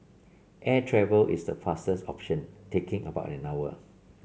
air travel is the fastest option taking about an hour